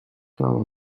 troba